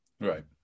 right